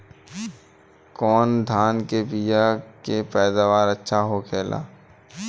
कवन धान के बीया के पैदावार अच्छा होखेला?